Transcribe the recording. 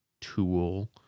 tool